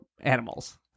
animals